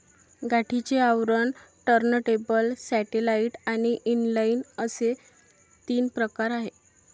गाठीचे आवरण, turntable, satellite आणि इनलाइन असे तीन प्रकार आहे